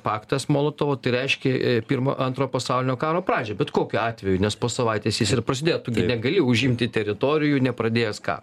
paktas molotovo tai reiškė pirmą antro pasaulinio karo pradžią bet kokiu atveju nes po savaitės jis ir prasidėjo negali užimti teritorijų nepradėjęs ką